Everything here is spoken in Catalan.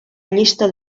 llista